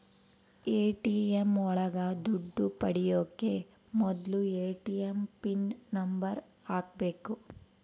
ATM ಒಳಗ ದುಡ್ಡು ಪಡಿಯೋಕೆ ಮೊದ್ಲು ಎ.ಟಿ.ಎಂ ಪಿನ್ ನಂಬರ್ ಹಾಕ್ಬೇಕು